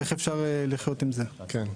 איך אפשר לחיות עם זה כן,